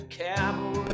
cowboy